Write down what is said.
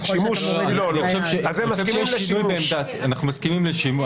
ככל שאתה מוריד --- אנחנו מסכימים לשימוש.